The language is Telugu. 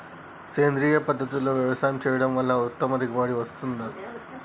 సేంద్రీయ పద్ధతుల్లో వ్యవసాయం చేయడం వల్ల ఉత్తమ దిగుబడి వస్తుందా?